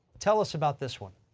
tell us about this one.